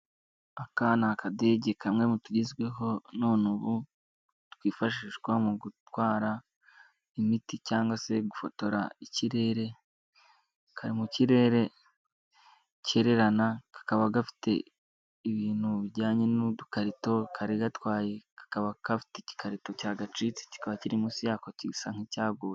Aka ni akadege kamwe mu tugezweho none ubu, twifashishwa mu gutwara imiti cyangwa se gufotora ikirere, kari mu kirere kererana kakaba gafite ibintu bijyanye n'udukarito kari gatwaye, kakaba gafite igikarito cyagacitse kikaba kiri munsi yako isa nk'icyaguye.